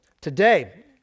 Today